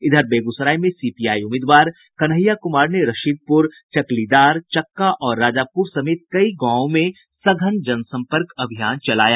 इधर बेगूसराय में सीपीआई उम्मीदवार कन्हैया कुमार ने रशिदपुर चकलीदार चक्का और राजापुर समेत कई गांवों में सघन जनसंपर्क अभियान चलाया